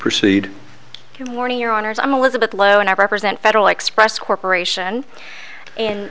proceed to morning your honour's i'm elizabeth low and i represent federal express corporation and